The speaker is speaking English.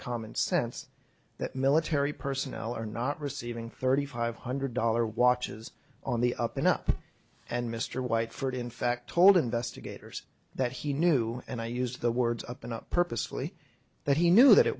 common sense that military personnel are not receiving thirty five hundred dollar watches on the up and up and mr white for it in fact told investigators that he knew and i used the words up and up purposefully that he knew that it